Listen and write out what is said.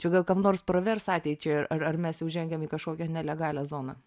čia gal kam nors pravers ateičiai ar ar mes jau žengiam į kažkokią nelegalią zoną